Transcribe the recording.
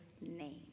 name